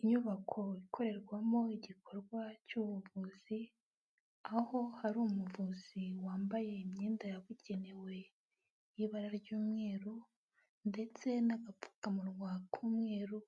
Inyubako ikorerwamo igikorwa cy'ubuvuzi, aho hari umuvuzi wambaye imyenda yabugenewe y'ibara ry'umweru ndetse n'agapfukamunwa k'umweru,